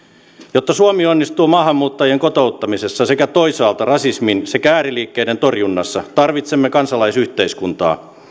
jotta suomi onnistuu maahanmuuttajien kotouttamisessa sekä toisaalta rasismin sekä ääriliikkeiden torjunnassa tarvitsemme kansalaisyhteiskuntaa